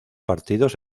partidos